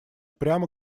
прямо